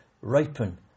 ripen